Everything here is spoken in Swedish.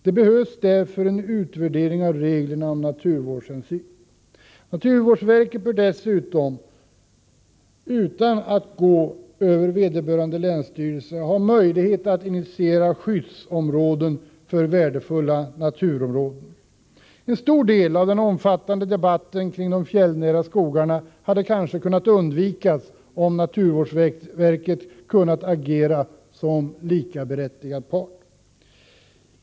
Det behövs därför en utvärdering av reglerna om naturvårdshänsyn. Naturvårdsverket bör dessutom utan att gå via vederbörande länsstyrelse ha möjlighet att initiera skyddsområden för värdefulla naturområden. En stor del av den omfattande debatten kring de fjällnära skogarna hade kanske kunnat undvikas om naturvårdsverket kunnat agera som likaberättigad part.